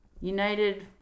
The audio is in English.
United